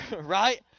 right